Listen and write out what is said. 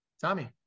Tommy